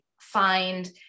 find